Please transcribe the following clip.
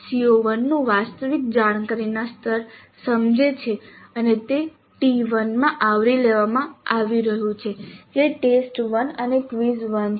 CO1 નું વાસ્તવિક જાણકારીના સ્તર સમજો છે અને તે T1 માં આવરી લેવામાં આવી રહ્યું છે જે ટેસ્ટ 1 અને ક્વિઝ 1 છે